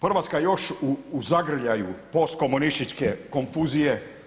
Hrvatska još u zagrljaju post komunističke konfuzije.